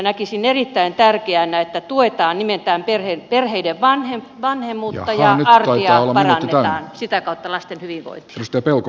näkisin erittäin tärkeänä että tuetaan perheiden vanhemmuutta ja arkea parannetaan sitä kautta lasten hyvinvointia